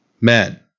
men